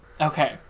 Okay